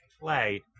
play